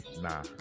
nah